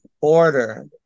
order